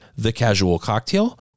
thecasualcocktail